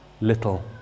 little